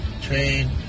train